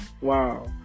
Wow